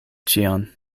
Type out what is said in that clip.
ĉion